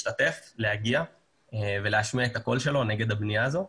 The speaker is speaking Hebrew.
להשתתף ולהשמיע את הקול שלו נגד הבנייה הזאת.